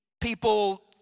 people